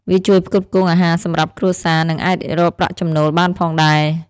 វាជួយផ្គត់ផ្គង់អាហារសម្រាប់គ្រួសារ និងអាចរកប្រាក់ចំណូលបានផងដែរ។